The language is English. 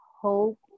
hope